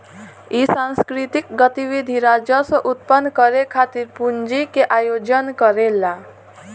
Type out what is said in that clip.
इ सांस्कृतिक गतिविधि राजस्व उत्पन्न करे खातिर पूंजी के आयोजन करेला